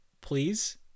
please